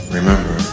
remember